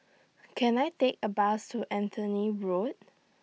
Can I Take A Bus to Anthony Road